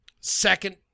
Second